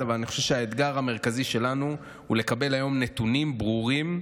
אבל אני חושב שהאתגר המרכזי שלנו הוא לקבל היום נתונים ברורים על